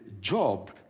Job